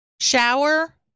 Shower